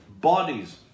bodies